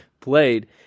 played